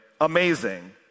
amazing